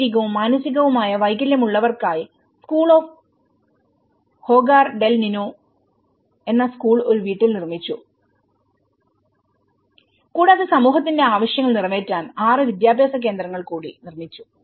ശാരീരികവും മാനസികവുമായ വൈകല്യമുള്ളവർക്കായി school of Hogar del Nino എന്ന സ്കൂൾ ഒരു വീട്ടിൽ നിർമ്മിച്ചു കൂടാതെ സമൂഹത്തിന്റെ ആവശ്യങ്ങൾ നിറവേറ്റാൻ 6 വിദ്യാഭ്യാസ കേന്ദ്രങ്ങൾ കൂടി നിർമ്മിച്ചു